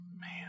Man